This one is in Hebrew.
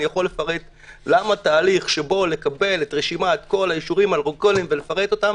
אני יכול לפרט למה תהליך שבו לקבל את רשימת כל האישורים ולפרט אותם